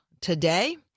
today